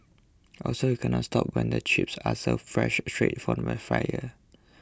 also you can't stop when the chips are served fresh straight from the fryer